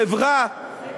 חברה,